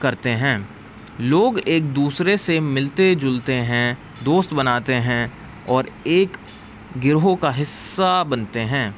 کرتے ہیں لوگ ایک دوسرے سے ملتے جلتے ہیں دوست بناتے ہیں اور ایک گروہ کا حصہ بنتے ہیں